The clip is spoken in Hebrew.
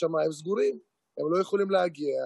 השאלה היא למה לא נעשית תוכנית כמו שצריך כדי להתגבר על